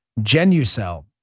GenuCell